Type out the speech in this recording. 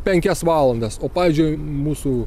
penkias valandas o pavyzdžiui mūsų